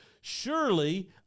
surely